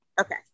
okay